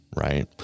Right